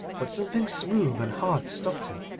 but something smooth and hard stopped him.